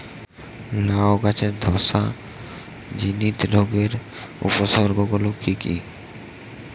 লাউ গাছের ধসা জনিত রোগের উপসর্গ গুলো কি কি?